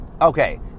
Okay